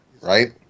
right